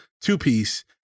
two-piece